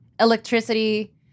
Electricity